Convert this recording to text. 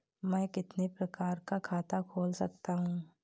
मैं कितने प्रकार का खाता खोल सकता हूँ?